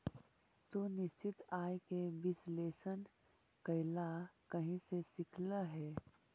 तू निश्चित आय के विश्लेषण कइला कहीं से सीखलऽ हल?